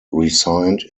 resigned